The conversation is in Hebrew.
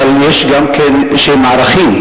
אבל יש גם כן איזה ערכים.